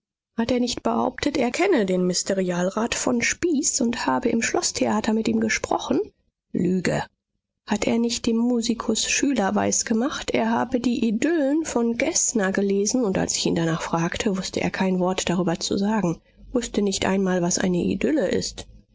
hat er nicht behauptet er kenne den ministerialrat von spieß und habe im schloßtheater mit ihm gesprochen lüge hat er nicht dem musikus schüler weisgemacht er habe die idyllen von geßner gelesen und als ich ihn danach fragte wußte er kein wort darüber zu sagen wußte nicht einmal was eine idylle ist